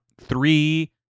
three